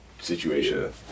situation